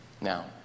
Now